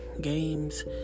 games